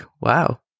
wow